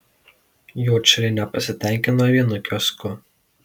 juodšiliai nepasitenkino vienu kiosku